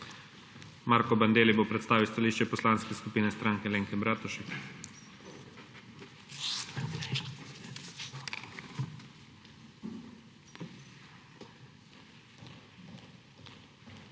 Marko Bandelli bo predstavil stališče Poslanske skupine Stranke Alenke Bratušek.